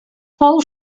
fou